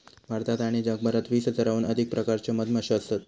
भारतात आणि जगभरात वीस हजाराहून अधिक प्रकारच्यो मधमाश्यो असत